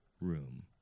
room